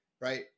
right